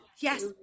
Yes